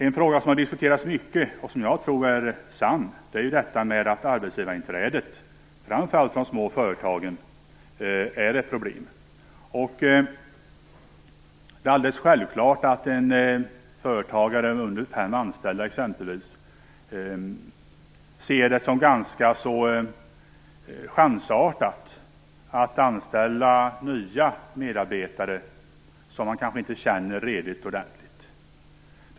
En fråga som har diskuterats mycket och som jag tror stämmer är att arbetsgivarinträdet är ett problem, framför allt för de små företagen. Det är alldeles självklart att exempelvis en företagare med mindre än fem anställda ser det som ganska chansartat att anställa nya medarbetare som han eller hon inte känner riktigt ordentligt.